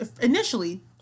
initially